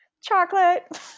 Chocolate